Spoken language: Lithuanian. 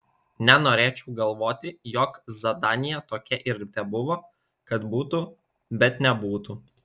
nenorėčiau galvoti jog zadanija tokia ir tebuvo kad būtų bet nebūtų